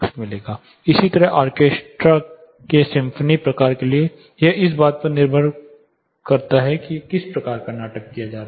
इसी तरह ऑर्केस्ट्रा के सिम्फनी प्रकार के लिए यह इस बात पर निर्भर करता है कि किस प्रकार का नाटक किया जाता है